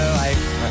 life